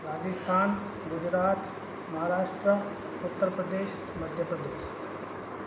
Rajasthan Gujarat Maharashtra Uttar Pradesh Madhya Pradesh